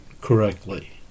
correctly